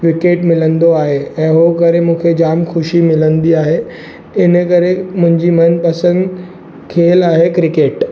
wicket मिलंदो आहे ऐं हो करे मूंखे जामु ख़ुशी मिलंदी आहे इन करे मुंहिंजी मनपसंदि खेल आहे क्रिकेट